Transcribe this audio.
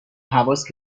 هواس